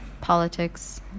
politics